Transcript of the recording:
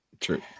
true